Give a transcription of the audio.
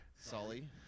Sully